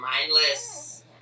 mindless